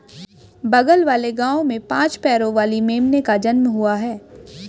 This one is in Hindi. बगल वाले गांव में पांच पैरों वाली मेमने का जन्म हुआ है